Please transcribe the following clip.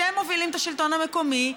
שהם מובילים את השלטון המקומי,